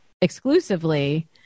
exclusively